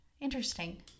interesting